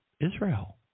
Israel